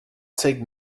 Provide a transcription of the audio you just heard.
take